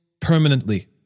permanently